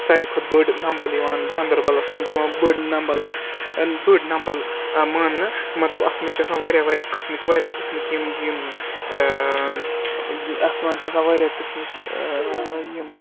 سارے کھۄتہٕ بٔڑۍ نمبَل یِوان گاندَربَلَس مَنٛز چھِ یِوان بٔڑۍ نمبَل بٔڑۍ نمبَل مانٛنہٕ مطلب اَتھ منٛز چھِ آسان واریاہ واریاہ قٕسمٕکۍ واریاہ قٕسمٕکۍ یِم یِم اَتھ منٛز چھِ آسان واریاہ قٕسمٕکۍ یِم